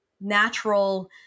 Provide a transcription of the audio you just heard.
natural